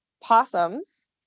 Possums